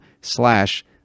slash